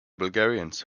bulgarians